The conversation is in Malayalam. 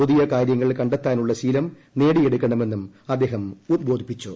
പുതിയ കാര്യങ്ങൾ കണ്ടെത്താനുള്ള നേടിയെടുക്കണമെന്നും അദ്ദേഹം ശീലം ഉദ്ബോധിപ്പിച്ചു